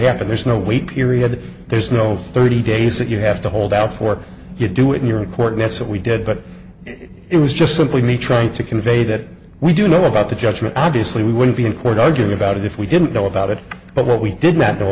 happened there's no wait period there's no thirty days that you have to hold out for you do it in your court that's what we did but it was just simply me trying to convey that we do know about the judgment obviously we wouldn't be in court arguing about it if we didn't know about it but what we did not know